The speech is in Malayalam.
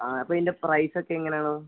ആ ഇപ്പം ഇതിന്റെ പ്രൈസ് ഒക്കെ എങ്ങനെയാണ്